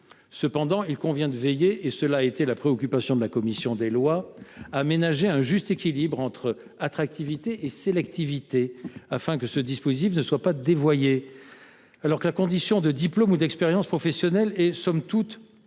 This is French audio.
cependant de veiller – et cela fut la préoccupation de la commission des lois – à ménager un juste équilibre entre attractivité et sélectivité, afin que ce dispositif ne soit pas dévoyé. Alors que la condition de diplôme ou d’expérience professionnelle est somme toute